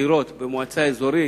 לבחירות במועצה האזורית,